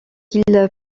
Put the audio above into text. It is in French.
qu’il